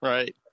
Right